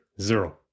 zero